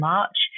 March